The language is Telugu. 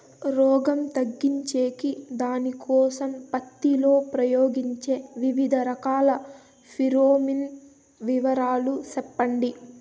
రోగం తగ్గించేకి దానికోసం పత్తి లో ఉపయోగించే వివిధ రకాల ఫిరోమిన్ వివరాలు సెప్పండి